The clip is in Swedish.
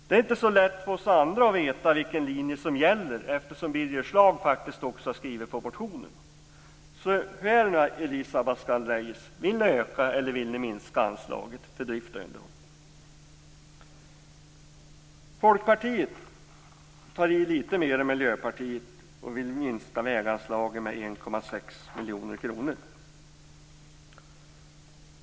Det är inte så lätt för oss andra att veta vilken linje som gäller, eftersom Birger Schlaug faktiskt också skrivit under motionen. Hur är det nu, Elisa Abascal Reyes? Vill ni öka eller vill ni minska anslaget till drift och underhåll? Folkpartiet tar i litet mer än Miljöpartiet och vill minska väganslagen med 1,6 miljoner kronor.